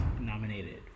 nominated